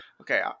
Okay